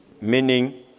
meaning